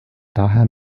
daher